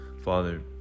Father